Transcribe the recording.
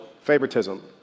favoritism